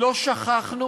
לא שכחנו